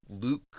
Luke